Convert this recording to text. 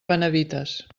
benavites